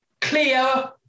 clear